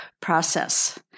process